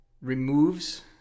removes